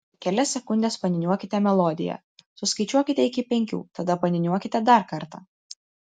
kelias sekundes paniūniuokite melodiją suskaičiuokite iki penkių tada paniūniuokite dar kartą